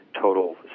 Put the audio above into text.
total